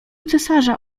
cesarza